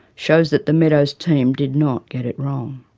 shows that the meadows team did not get it wrong.